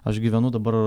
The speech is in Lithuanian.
aš gyvenu dabar